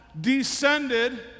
descended